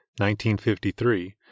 1953